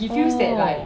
oo